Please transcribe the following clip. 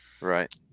Right